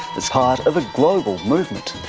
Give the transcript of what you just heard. as part of a global movement.